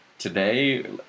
Today